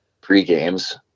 pre-games